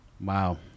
Wow